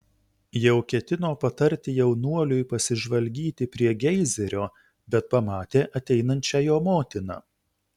jau ketino patarti jaunuoliui pasižvalgyti prie geizerio bet pamatė ateinančią jo motiną